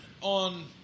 on